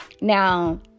Now